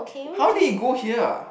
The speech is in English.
how did it go here